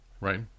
Right